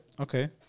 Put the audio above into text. Okay